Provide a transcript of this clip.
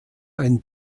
ein